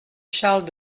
charles